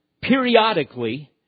periodically